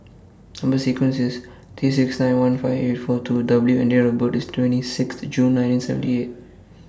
Number sequence IS T six nine one five eight four two W and Date of birth IS twenty Sixth June nineteen seventy eight